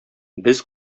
без